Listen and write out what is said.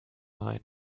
mine